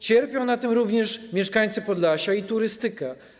Cierpią na tym również mieszkańcy Podlasia i turystyka.